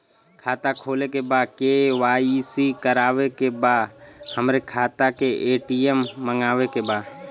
खाता खोले के बा के.वाइ.सी करावे के बा हमरे खाता के ए.टी.एम मगावे के बा?